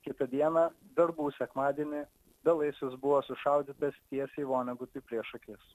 kitą dieną verbų sekmadienį belaisvis buvo sušaudytas tiesiai vonegutui prieš akis